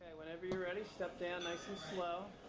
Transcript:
whenever you're ready, step down nice and slow.